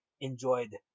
enjoyed